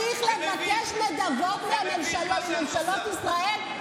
זה מביך, מה שאת עושה, אני מבקשת להוסיף לי זמן.